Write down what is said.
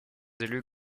élus